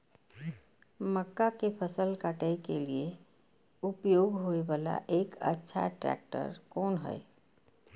मक्का के फसल काटय के लिए उपयोग होय वाला एक अच्छा ट्रैक्टर कोन हय?